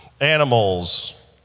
animals